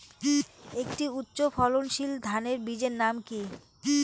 একটি উচ্চ ফলনশীল ধানের বীজের নাম কী?